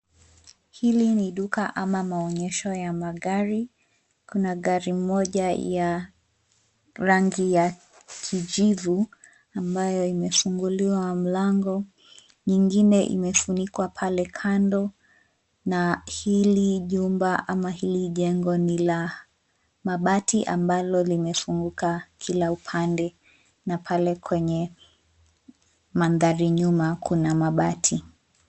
Hili ni duka ama maonyesho ya magari, kuna gari moja ya rangi ya kijivu ambayo imefunguliwa mlango. Nyingine imefunikwa pale kando, na hili jumba ama hili jengo ni la mabati ambalo limefunguka kila upande na pale kwenye mandhari nyuma kuna mabati.